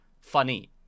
funny